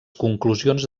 conclusions